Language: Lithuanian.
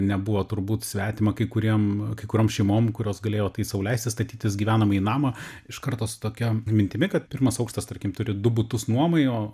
nebuvo turbūt svetima kai kuriem kai kuriom šeimom kurios galėjo tai sau leisti statytis gyvenamąjį namą iš karto su tokia mintimi kad pirmas aukštas tarkim turi du butus nuomai o